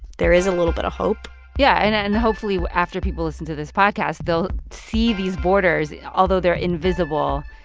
there is a little bit of hope yeah. and hopefully after people listen to this podcast, they'll see these borders. although they're invisible,